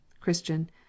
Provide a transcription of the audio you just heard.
Christian